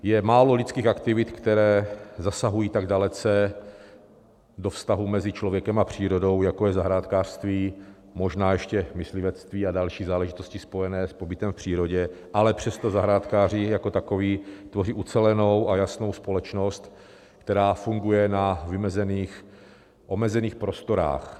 Je málo lidských aktivit, které zasahují tak dalece do vztahu mezi člověkem a přírodou, jako je zahrádkářství, možná ještě myslivectví a další záležitosti spojené s pobytem v přírodě, ale přesto zahrádkáři jako takoví tvoří ucelenou a jasnou společnost, která funguje na vymezených, omezených prostorách.